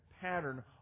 pattern